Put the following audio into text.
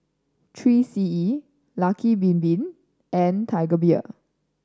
Three C E Lucky Bin Bin and Tiger Beer